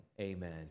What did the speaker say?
amen